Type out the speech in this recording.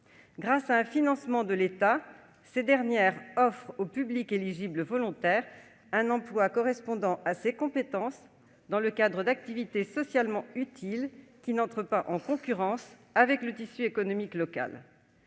Grâce à un financement de l'État, ces dernières offrent aux personnes éligibles volontaires un emploi correspondant à leurs compétences, dans le cadre d'activités socialement utiles qui n'entrent pas en concurrence avec le tissu économique local.